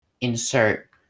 insert